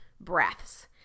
breaths